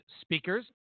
speakers